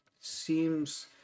seems